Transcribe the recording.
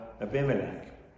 Abimelech